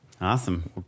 Awesome